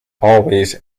always